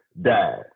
died